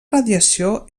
radiació